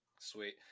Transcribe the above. sweet